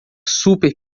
super